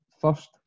first